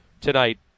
tonight